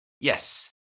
Yes